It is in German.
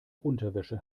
unterwäsche